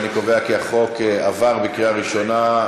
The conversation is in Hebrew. אני קובע כי הצעת החוק התקבלה בקריאה ראשונה,